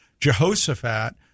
Jehoshaphat